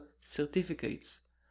certificates